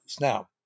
Now